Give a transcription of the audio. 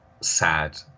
sad